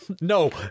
no